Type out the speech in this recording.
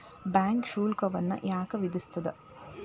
Bank ಶುಲ್ಕವನ್ನ ಯಾಕ್ ವಿಧಿಸ್ಸ್ತದ?